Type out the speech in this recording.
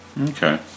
Okay